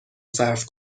صرف